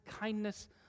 kindness